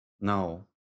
No